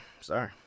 sorry